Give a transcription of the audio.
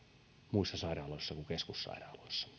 muissa sairaaloissa kuin keskussairaaloissa